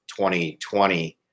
2020